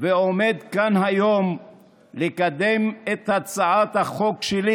ועומד כאן היום לקדם את הצעת החוק שלי